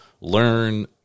learn –